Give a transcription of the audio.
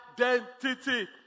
identity